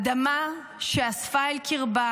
אדמה שאספה אל קרבה